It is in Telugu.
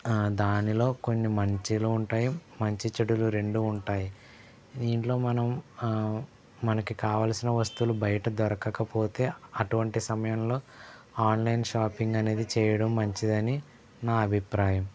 ఆ దానిలో కొన్ని మంచిలో ఉంటాయి మంచిచెడులు రెండూ ఉంటాయి ఇంట్లో మనం మనకి కావాల్సిన వస్తువులు బయట దొరకకపోతే అటువంటి సమయములో ఆన్లైన్ షాపింగ్ అనేది చేయడం మంచిదని నా అభిప్రాయం